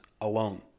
alone